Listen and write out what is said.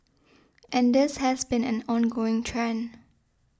and this has been an ongoing trend